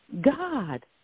god